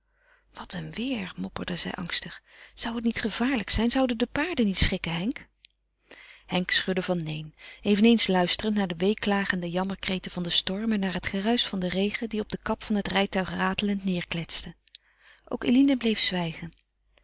wat een weêr mopperde zij angstig zou het niet gevaarlijk zijn zouden de paarden niet schrikken henk henk schudde van neen eveneens luisterend naar de weeklagende jammerkreten van den storm en naar het geruisch van den regen die op de kap van het rijtuig ratelend neêrkletste ook eline bleef zwijgen